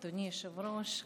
אדוני היושב-ראש,